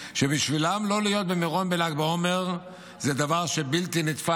שבשבילם לא להיות במירון בל"ג בעומר זה דבר שהוא בלתי נתפס.